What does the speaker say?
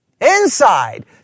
Inside